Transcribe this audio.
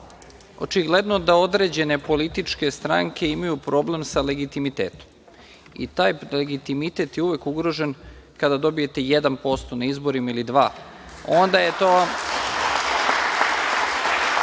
očigledno da određene političke stranke imaju problem sa legitimitetom, i taj legitimitet je uvek ugrožen kada dobijete 1% na izborima, ili 2%,